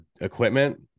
equipment